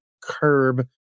curb